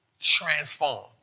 transform